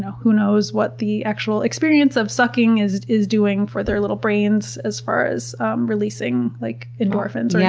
who knows what the actual experience of sucking is is doing for their little brains as far as um releasing like endorphins? yeah